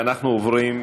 ואנחנו עוברים,